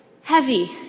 heavy